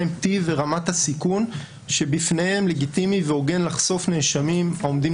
מה טיב ומת הסיכון שבפניהן לגיטימי והוגן לחשוף נאשמים העומדים